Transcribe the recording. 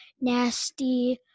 nasty